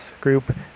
group